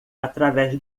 através